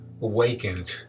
awakened